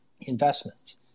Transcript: investments